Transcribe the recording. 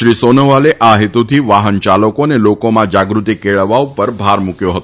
શ્રી સોનોવાલે આ હેતુથી વાહન યાલકો અને લોકોમાં જાગૃતી કેળવવા ઉપર ભાર મૂક્યો હતો